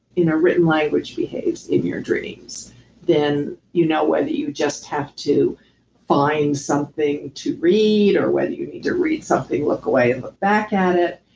you know, written language behaves in your dreams then you know whether you just have to find something to read, or whether you need to read something, look away and look back at it.